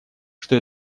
что